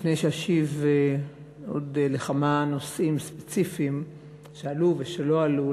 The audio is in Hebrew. לפני שאשיב עוד על כמה נושאים ספציפיים שעלו ושלא עלו,